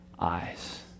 eyes